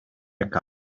mecca